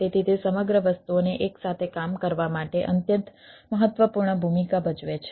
તેથી તે સમગ્ર વસ્તુઓને એકસાથે કામ કરવા માટે અત્યંત મહત્વપૂર્ણ ભૂમિકા ભજવે છે